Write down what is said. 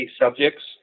subjects